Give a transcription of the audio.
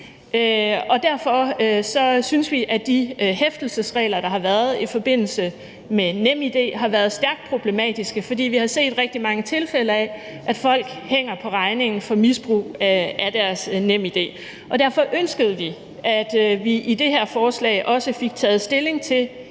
derfor synes vi, at de hæftelsesregler, der har været i forbindelse med NemID, har været stærkt problematiske, for vi har set rigtig mange tilfælde af, at folk hænger på regningen for misbrug af deres NemID. Derfor ønskede vi, at vi i det her forslag også fik taget stilling til